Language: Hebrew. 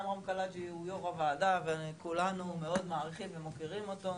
עמרם קלעג'י הוא יושב ראש הוועדה וכולנו מאוד מערכים ומוקירים אותו.